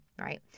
right